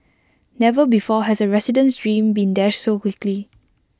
never before has A resident's dream been dashed so quickly